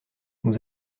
nous